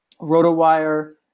Rotowire